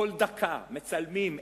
כל דקה, מצלמים.